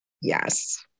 Yes